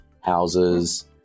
houses